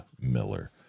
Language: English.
Miller